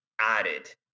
added